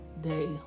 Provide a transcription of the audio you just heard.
day